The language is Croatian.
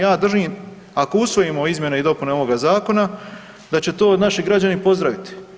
Ja držim ako usvojimo izmjene i dopune ovoga zakona, da će to naši građani pozdraviti.